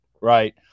right